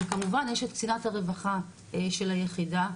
וכמובן, יש את קצינת הרווחה של היחידה,